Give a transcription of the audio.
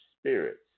spirits